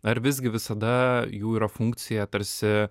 ar visgi visada jų yra funkcija tarsi